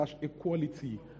equality